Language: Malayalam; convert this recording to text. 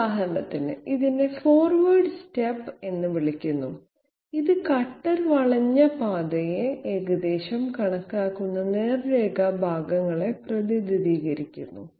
ഉദാഹരണത്തിന് ഇതിനെ ഫോർവേഡ് സ്റ്റെപ്പ് എന്ന് വിളിക്കുന്നു ഇത് കട്ടർ വളഞ്ഞ പാതയെ ഏകദേശം കണക്കാക്കുന്ന നേർരേഖാ ഭാഗങ്ങളെ പ്രതിനിധീകരിക്കുന്നു